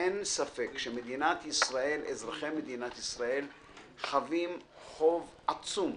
אין ספק שאזרחי מדינת ישראל חבים חוב עצום,